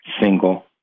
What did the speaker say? single